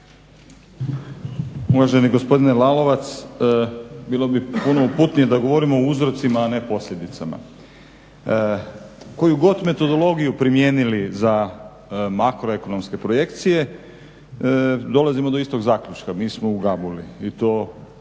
Uvaženi gospodine Lalovac, bilo bi puno uputnije da govorimo o uzrocima, a ne posljedicama. Koji god metodologiju primijenili za makroekonomske projekcije, dolazimo do istog zaključka, mi smo u gabuli i to ono